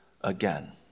again